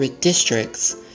districts